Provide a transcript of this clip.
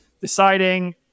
deciding